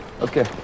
Okay